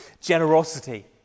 generosity